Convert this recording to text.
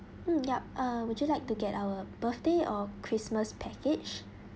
mm yup uh would you like to get our birthday or christmas package